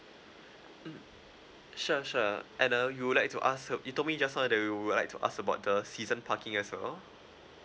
mm sure sure and uh you would like to ask uh you told me just now that you would like to ask about the season parking as well